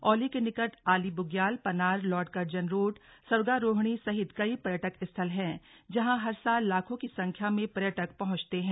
औली के निकट Ali Bugyal Panar Lord Curzon Road Swargarohini सहित कई पर्यटक स्थल हैं जहां हर साल लाखों की संख्या में पर्यटक पहुंचते हैं